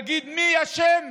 להגיד מי אשם